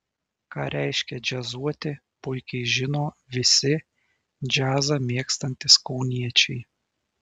ką reiškia džiazuoti puikiai žino visi džiazą mėgstantys kauniečiai